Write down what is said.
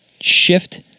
shift